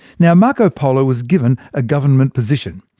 now marco polo was given a government position,